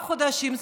ארבעה חודשים,